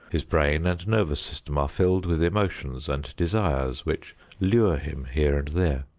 his brain and nervous system are filled with emotions and desires which lure him here and there.